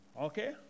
Okay